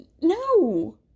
No